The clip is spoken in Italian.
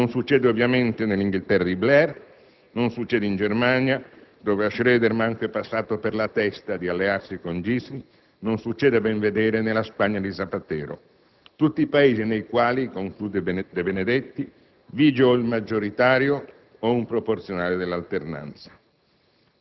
Non succede ovviamente nell'Inghilterra di Blair, non succede in Germania, dove a Schröder manco è passato per la testa di allearsi con Gysi, non succede, a ben vedere, nella Spagna di Zapatero. Tutti Paesi nei quali» - conclude Debenedetti - «vige o il maggioritario o un proporzionale dell'alternanza».